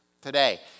today